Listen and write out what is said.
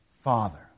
Father